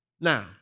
now